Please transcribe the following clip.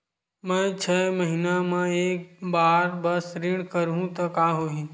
मैं छै महीना म एक बार बस ऋण करहु त का होही?